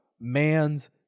man's